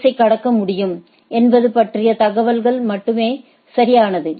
S I கடக்க முடியும் என்பது பற்றிய தகவல் மட்டுமே சரியானது